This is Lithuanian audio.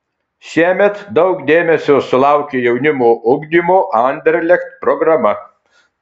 šiemet daug dėmesio sulaukė jaunimo ugdymo anderlecht programa